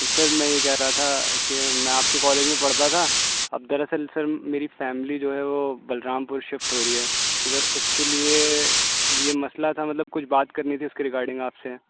سر میں یہ کہہ رہا تھا کہ میں آپ کے کالج میں پڑھتا تھا اب در اصل سر میری فیملی جو ہے وہ بلرام پور شفٹ ہو رہی ہے تو سر اُس کے لیے یہ مسئلہ تھا مطلب کچھ بات کرنی تھی اُس کے ریکارڈنگ آپ سے